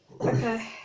Okay